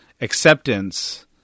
acceptance